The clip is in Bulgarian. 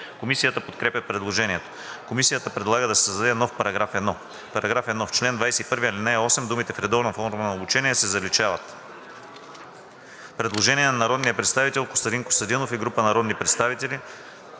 Комисията подкрепя предложението. Комисията предлага да се създаде нов § 1: „§ 1. В чл. 21, ал. 8 думите „в редовна форма на обучение“ се заличават“.“ Предложение на народния представител Костадин Костадинов и група народни представители: